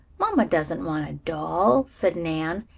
mamma doesn't want a doll, said nan.